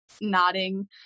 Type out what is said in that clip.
nodding